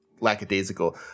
lackadaisical